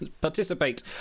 participate